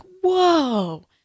whoa